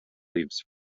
leaves